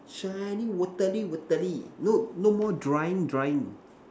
shining watery watery no no more drying drying